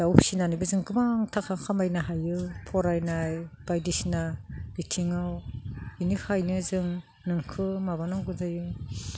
दाउ फिसिनानैबो जों गोबां थाखा खामायनो हायो फरायनाय बायदिसिना बिथिङाव बेनिखायनो जों नंगौ माबानांगौ जायो